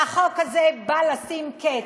והחוק הזה בא לשים לזה קץ.